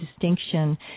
distinction